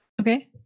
Okay